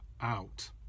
out